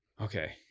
Okay